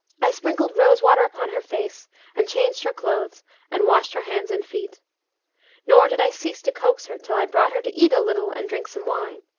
i sprinkled rose-water upon her face and changed her clothes and washed her hands and feet nor did i cease to coax her, till i brought her to eat a little and drink some wine,